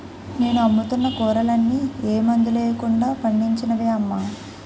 నేను అమ్ముతున్న కూరలన్నీ ఏ మందులెయ్యకుండా పండించినవే అమ్మా